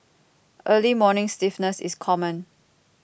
early morning stiffness is common